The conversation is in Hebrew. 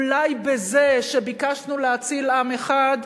אולי בזה שביקשנו להציל עם אחד